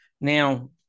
Now